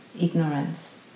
ignorance